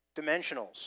dimensionals